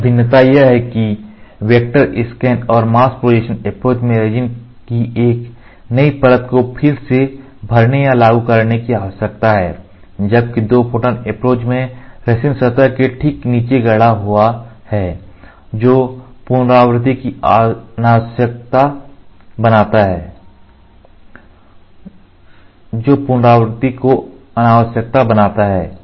अन्य भिन्नता यह है कि वेक्टर स्कैन और मास्क प्रोजेक्शन अप्रोच में रेजिन की एक नई परत को फिर से भरने या लागू करने की आवश्यकता है जबकि 2 फोटॉन अप्रोच में रेजिन सतह के नीचे गढ़ा हुआ है जो पुनरावृत्ति को अनावश्यक बनाता है